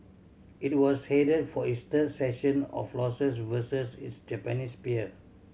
it was headed for its third session of losses versus its Japanese peer